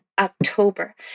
October